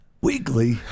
weekly